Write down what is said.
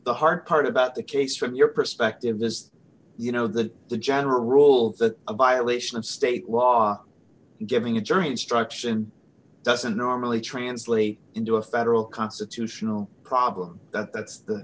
the hard part about the case from your perspective as you know the the general rule that a violation of state law giving a jury instruction doesn't normally translate into a federal constitutional problem that's the that's the